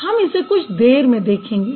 हम इसे कुछ देर में देखेंगे